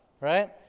right